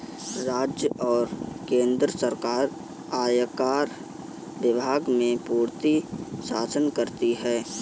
राज्य और केन्द्र सरकार आयकर विभाग में पूर्णतयः शासन करती हैं